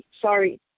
sorry